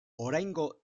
oraingo